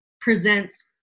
presents